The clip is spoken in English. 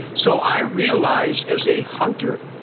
so i realized as a hunter,